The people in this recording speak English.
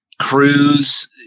cruise